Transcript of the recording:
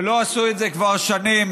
שלא עשו את זה כבר שנים,